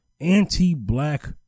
anti-black